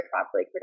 properly